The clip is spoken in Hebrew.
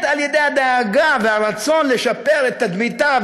על-ידי הדאגה והרצון לשפר את תדמיתה,